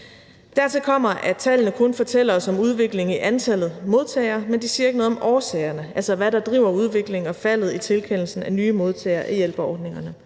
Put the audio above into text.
Dertil kommer, at tallene kun fortæller os om udviklingen i antallet af modtagere, men ikke siger noget om årsagerne, altså hvad der driver udviklingen og faldet i tilkendelsen af nye modtagere af hjælpeordningerne.